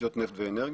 תשתיות נפט ואנרגיה.